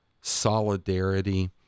solidarity